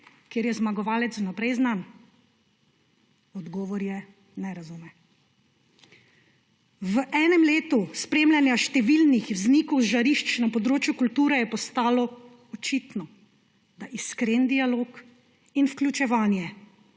kjer je zmagovalec vnaprej znan? Odgovor je: ne razume. V enem letu spremljanja številnih vznikov žarišč na področju kulture je postalo očitno, da iskren dialog in vključevanje